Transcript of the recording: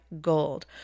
Gold